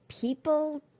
people